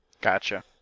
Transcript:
Gotcha